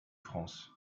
france